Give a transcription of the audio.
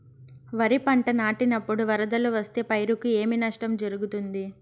వరిపంట నాటినపుడు వరదలు వస్తే పైరుకు ఏమి నష్టం జరుగుతుంది?